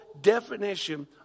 definition